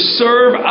serve